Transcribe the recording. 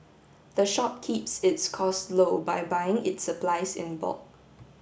the shop keeps its costs low by buying its supplies in bulk